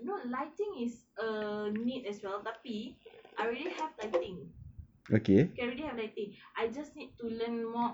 no lighting is a need as well tapi I really have lighting okay I already have lighting I just need to learn more